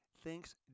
thinks